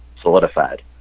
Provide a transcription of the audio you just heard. solidified